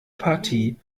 partie